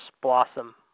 Blossom